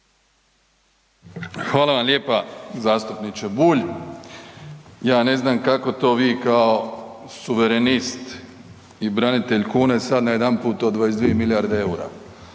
Hvala vam lijepa zastupniče Bulj. Ja ne znam kako to vi kao suverenist i branitelj kune, sad najedanput o 22 milijarde eura.